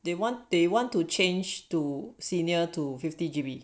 they want they want to change to senior to fifty G_B